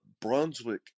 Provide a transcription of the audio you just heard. Brunswick